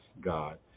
god